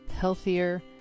healthier